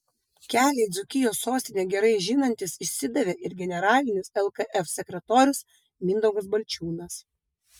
kelią į dzūkijos sostinę gerai žinantis išsidavė ir generalinis lkf sekretorius mindaugas balčiūnas